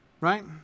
right